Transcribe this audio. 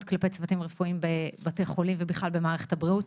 כלפי צוותים רפואיים בבתי חולים ובכלל במערכת הבריאות